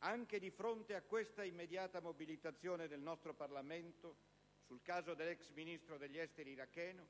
Anche di fronte a questa immediata mobilitazione del nostro Parlamento sul caso dell'ex Ministro degli esteri iracheno,